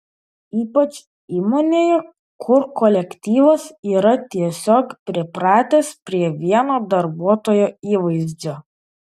ypač įmonėje kur kolektyvas yra tiesiog pripratęs prie vieno darbuotojo įvaizdžio